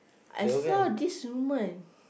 I saw this woman